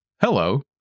Hello